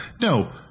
no